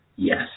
Yes